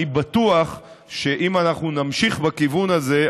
אני בטוח שאם נמשיך בכיוון הזה,